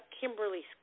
Kimberly